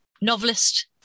Novelist